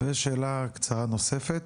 ושאלה קצרה נוספת,